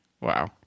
Wow